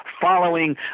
following